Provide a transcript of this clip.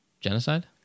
genocide